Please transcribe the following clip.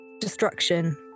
destruction